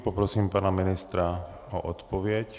Poprosím pana ministra o odpověď.